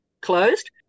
closed